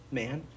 man